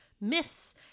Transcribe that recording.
Miss